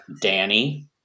Danny